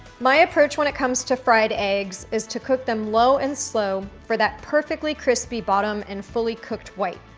my approach when it comes to fried eggs is to cook them low and slow for that perfectly crispy bottom and fully cooked white.